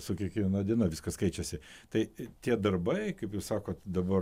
su kiekviena diena viskas keičiasi tai tie darbai kaip jūs sakot dabar